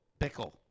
Bickle